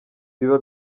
biba